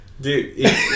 Dude